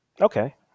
Okay